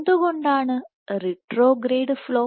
എന്തുകൊണ്ടാണ് retrograde flow